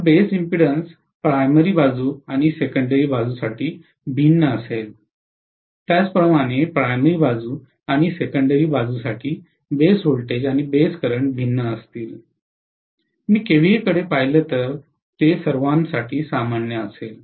तर base impedance primary बाजू आणि सेकंडेरी बाजूसाठी भिन्न असेल त्याचप्रमाणे प्राइमरी बाजू आणि सेकंडेरी बाजूसाठी बेस व्होल्टेज आणि बेस करंट भिन्न असतील मी केव्हीएकडे पाहिले तर ते सर्वांसाठी सामान्य असेल